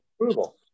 approval